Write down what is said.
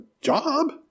job